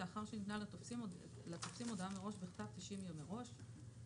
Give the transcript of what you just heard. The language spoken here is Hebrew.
לאחר שניתנה לתופסים הודעה בכתב תשעים יום מראש.